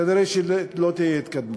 כנראה לא תהיה התקדמות.